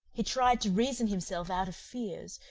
he tried to reason himself out of fears,